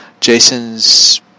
Jason's